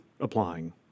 applying